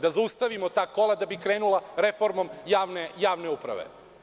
Da zaustavimo ta kola da bi krenula reformom javne uprave.